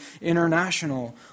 international